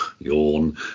yawn